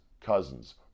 cousins